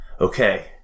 okay